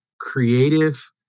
creative